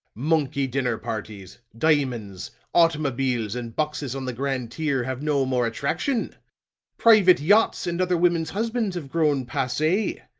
monkey dinner parties, diamonds, automobiles and boxes on the grand tier have no more attraction private yachts and other women's husbands have grown passe.